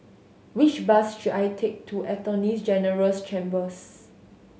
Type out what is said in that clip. which bus should I take to Attorney General's Chambers